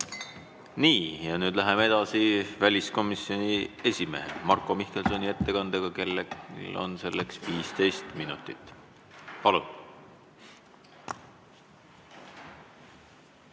liikmed! Nüüd läheme edasi väliskomisjoni esimehe Marko Mihkelsoni ettekandega, kellel on selleks 15 minutit. Palun!